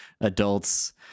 adults